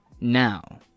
Now